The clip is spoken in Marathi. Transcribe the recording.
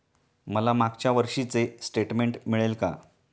मला मागच्या वर्षीचे स्टेटमेंट मिळेल का?